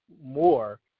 more